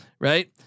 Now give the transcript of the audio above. right